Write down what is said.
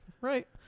right